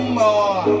more